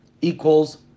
equals